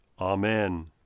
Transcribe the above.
Amen